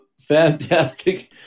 Fantastic